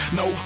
no